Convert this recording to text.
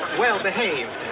well-behaved